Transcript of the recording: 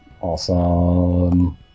Awesome